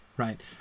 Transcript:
Right